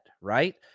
Right